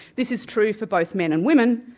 this is true for both men and women,